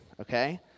Okay